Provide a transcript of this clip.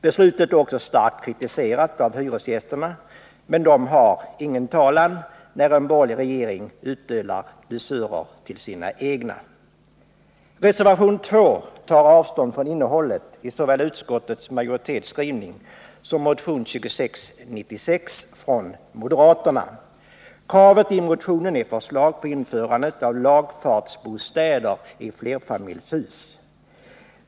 Beslutet är också starkt kritiserat av hyresgästerna, men de har ingen talan när en borgerlig regering utdelar dusörer till sina egna. Reservation 2 tar avstånd från innehållet i såväl utskottets majoritetsskrivning som motion 2696 från moderaterna. Kravet i motionen är förslag från regeringen om införande av lagfartsbostäder i flerfamiljshus.